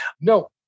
no